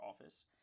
office